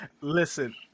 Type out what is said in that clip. Listen